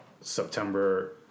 September